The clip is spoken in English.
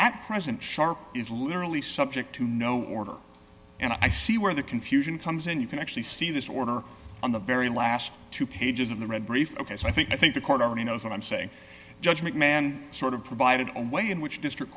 at present sharp is literally subject to no order and i see where the confusion comes in you can actually see this order on the very last two pages of the read brief ok so i think i think the court already knows what i'm saying judge mcmahon sort of provided a way in which district